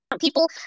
people